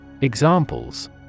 Examples